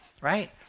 right